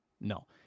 No